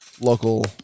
local